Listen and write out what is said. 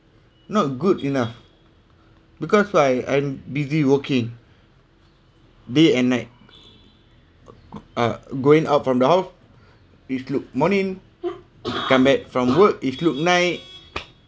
not good enough because why I'm busy working day and night uh going out from the house if look morning come back from work if look night